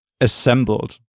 Assembled